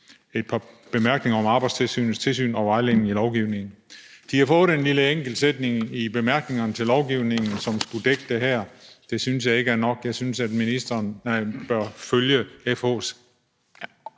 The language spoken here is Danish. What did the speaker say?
et par bemærkninger om Arbejdstilsynets tilsyn og vejledning i lovgivningen. De har fået en enkelt lille sætning i bemærkningerne til lovforslaget, som skulle dække det her. Det synes jeg ikke er nok. Jeg synes, at ministeren bør følge FH's